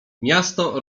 miasto